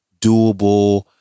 doable